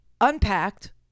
unpacked